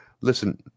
Listen